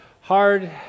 hard